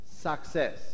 success